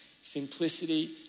Simplicity